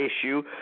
issue